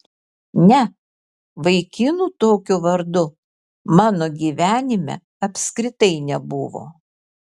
ne vaikinų tokiu vardu mano gyvenime apskritai nebuvo